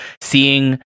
seeing